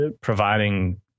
providing